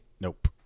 Nope